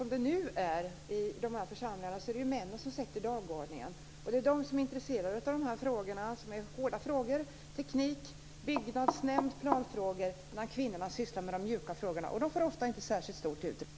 Som det nu är i de här församlingarna är det ju männen som sätter dagordningen och som är intresserade av de här frågorna, som är hårda frågor, dvs. teknik, byggnadsnämnd och planfrågor, medan kvinnorna sysslar med de mjuka frågorna och ofta inte får särskilt stort utrymme.